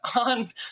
on